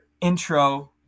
intro